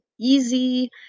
easy